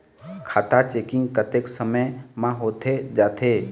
खाता चेकिंग कतेक समय म होथे जाथे?